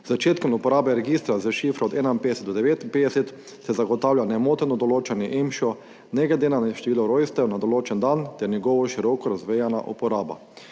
začetkom uporabe registra s šifro od 51 do 59 se zagotavlja nemoteno določanje EMŠA ne glede na število rojstev na določen dan ter njegovo široko razvejano uporabo.